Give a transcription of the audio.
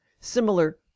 Similar